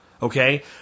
Okay